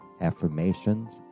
affirmations